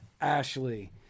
Ashley